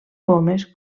pomes